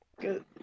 good